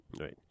Right